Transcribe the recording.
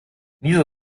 nieser